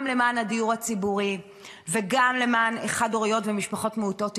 גם למען הדיור הציבורי וגם למען חד-הוריות ומשפחות מעוטות יכולת.